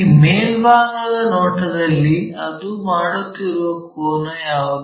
ಈ ಮೇಲ್ಭಾಗದ ನೋಟದಲ್ಲಿ ಅದು ಮಾಡುತ್ತಿರುವ ಕೋನ ಯಾವುದು